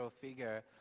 figure